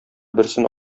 берсен